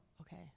Okay